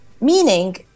Meaning